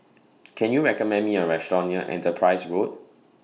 Can YOU recommend Me A Restaurant near Enterprise Road